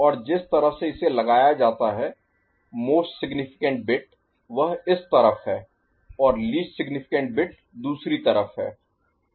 और जिस तरह से इसे लगाया जाता है मोस्ट सिग्नीफिकेंट बिट वह इस तरफ है और लीस्ट सिग्नीफिकेंट बिट दूसरी तरफ है